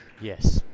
yes